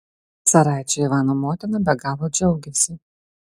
caraičio ivano motina be galo džiaugiasi